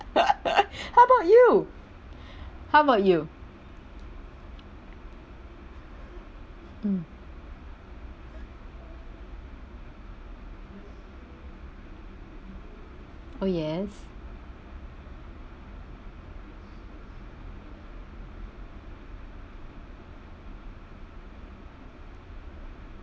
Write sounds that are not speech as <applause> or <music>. <laughs> how about you how about you mm oh yes